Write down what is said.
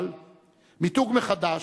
אבל מיתוג מחדש,